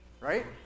Right